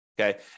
okay